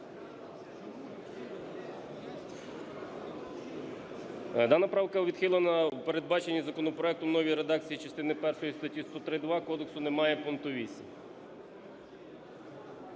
Дана правка відхилена у передбаченій законопроектом новій редакції частини першої статті 103-2 кодексу не має пункту 8.